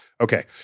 Okay